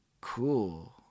cool